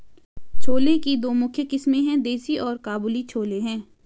छोले की दो मुख्य किस्में है, देसी और काबुली छोले हैं